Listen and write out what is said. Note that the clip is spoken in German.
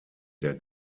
der